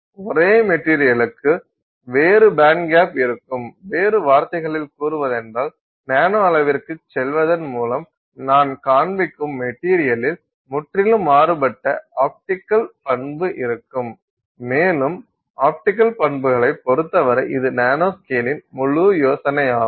ஒரே மெட்டீரியலுக்கு வேறு பேண்ட்கேப் இருக்கும் வேறு வார்த்தைகளில் கூறுவதானால் நானோ அளவிற்குச் செல்வதன் மூலம் நான் காண்பிக்கும் மெட்டீரியலில் முற்றிலும் மாறுபட்ட ஆப்டிக்கல் பண்பு இருக்கும் மேலும் ஆப்டிக்கல் பண்புகளைப் பொறுத்தவரை இது நானோஸ்கேலின் முழு யோசனையாகும்